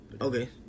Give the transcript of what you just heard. Okay